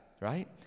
right